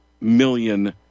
million